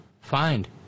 find